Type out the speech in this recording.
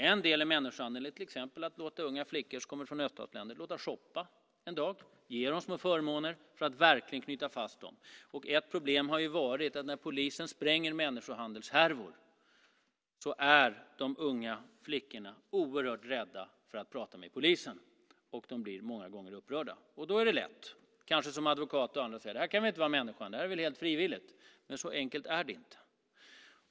En del i människohandeln är till exempel att låta unga flickor som kommer från öststater shoppa en dag och ge dem små förmåner för att verkligen knyta fast dem. Ett problem har varit att när polisen spränger människohandelshärvor är de unga flickorna oerhört rädda för att prata med polisen, och de blir många gånger upprörda. Då är det lätt att som advokat säga att det inte kan vara frågan om människohandel utan att det är helt frivilligt. Men så enkelt är det inte.